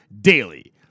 DAILY